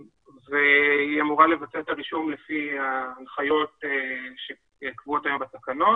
והיא אמורה לבצע את הרישום לפי ההנחיות שקבועות היום בתקנות